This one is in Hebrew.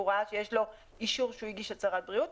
ראה שיש לו אישור שהוא הגיש הצהרת בריאות,